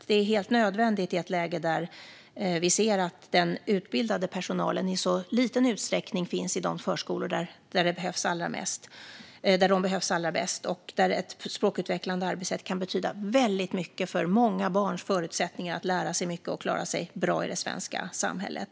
Detta är helt nödvändigt i ett läge där den utbildade personalen i så liten utsträckning finns i de förskolor där de behövs allra mest. Ett språkutvecklande arbetssätt där kan betyda väldigt mycket för många barns förutsättningar att lära sig mycket och klara sig bra i det svenska samhället.